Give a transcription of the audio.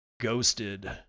ghosted